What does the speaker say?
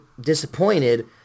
disappointed